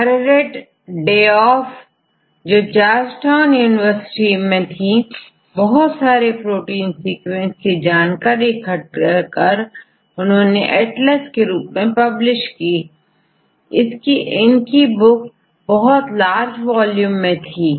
Georgetown university कीMargaret Dayhoff ने बहुत सारी प्रोटीन सीक्वेंस की जानकारी इकट्ठा कर एटलस के रूप में प्रकाशित की इनकी किताब बहुत लार्ज वॉल्यूम मे थी